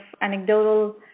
anecdotal